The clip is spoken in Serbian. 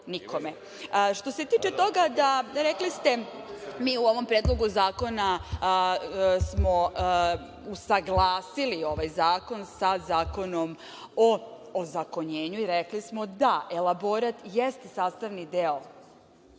nikome. Što se tiče toga da, rekli ste, mi u ovom Predlogu zakona smo usaglasili ovaj zakon sa Zakonom o ozakonjenju i rekli smo da elaborat jeste sastavni deo